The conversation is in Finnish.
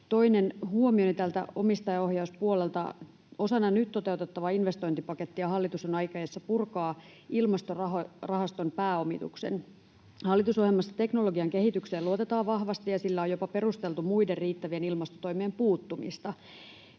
Toinen huomioni omistajaohjauspuolelta: Osana nyt toteutettavaa investointipakettia hallitus on aikeissa purkaa Ilmastorahaston pääomituksen. Hallitusohjelmassa teknologian kehitykseen luotetaan vahvasti, ja sillä on jopa perusteltu muiden riittävien ilmastotoimien puuttumista.